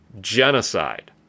Genocide